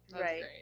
right